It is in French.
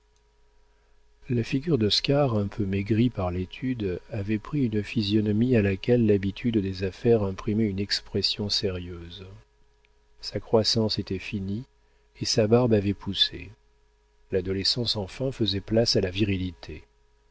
la figure d'oscar un peu maigrie par l'étude avait pris une physionomie à laquelle l'habitude des affaires imprimait une expression sérieuse sa croissance était finie et sa barbe avait poussé l'adolescence enfin faisait place à la virilité